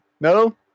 no